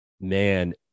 man